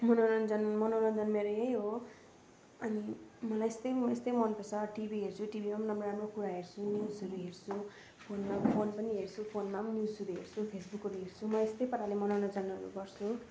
मनोरञ्जन मनोरञ्जन मेरो यही हो अनि मलाई यस्तै म यस्तै मन पर्छ टिभी हेर्छु टिभीमा राम्रो राम्रो कुरा हेर्छु न्युजहरू हेर्छु फोनमा फोन पनि हेर्छु फोनमाम न्युजहरू हेर्छु फेसबुकहरू हेर्छु म यस्तै पाराले मनोरञ्जनहरू गर्छु